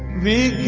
the